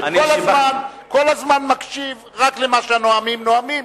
שכל הזמן מקשיב רק למה שהנואמים נואמים,